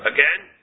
Again